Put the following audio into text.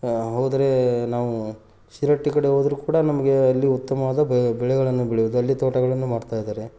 ಹೋದರೆ ನಾವು ಶಿರಹಟ್ಟಿ ಕಡೆ ಹೋದ್ರೂ ಕೂಡ ನಮಗೆ ಅಲ್ಲಿ ಉತ್ತಮವಾದ ಬೆಳೆಗಳನ್ನು ಬೆಳೆಯುವುದು ಅಲ್ಲಿ ತೋಟಗಳನ್ನು ಮಾಡ್ತಾ ಇದ್ದಾರೆ